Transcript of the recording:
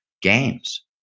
games